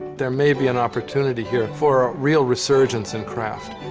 there may be an opportunity here for a real resurgence in craft.